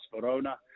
Verona